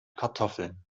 kartoffeln